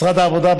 משרד העבודה,